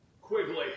Quigley